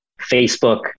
Facebook